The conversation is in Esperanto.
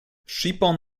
ŝipon